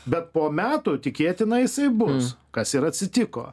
bet po metų tikėtina jisai bus kas ir atsitiko